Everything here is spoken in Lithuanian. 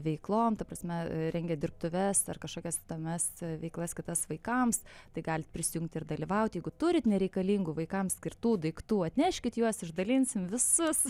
veiklom ta prasme rengiat dirbtuves ar kažkokias įdomias veiklas kitas vaikams tai galit prisijungti ir dalyvauti jeigu turit nereikalingų vaikams skirtų daiktų atneškit juos išdalinsim visus